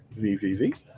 VVV